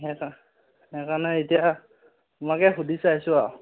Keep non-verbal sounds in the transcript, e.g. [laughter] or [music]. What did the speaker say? [unintelligible] সেইকাৰণে এতিয়া তোমাকে সুধি চাইছোঁ আৰু